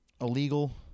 Illegal